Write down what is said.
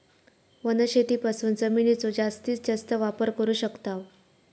वनशेतीपासून जमिनीचो जास्तीस जास्त वापर करू शकताव